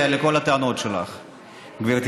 גברתי